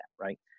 Right